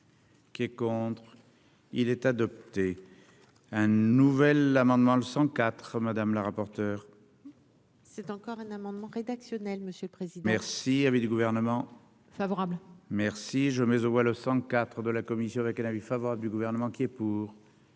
Qui est contre, il est adopté. Un nouvel amendement le CIV madame la rapporteure. C'est encore un amendement rédactionnel, monsieur le président. Merci avait du gouvernement favorable merci je mais on voit le CIV de la commission avec un avis favorable du gouvernement qui est pour.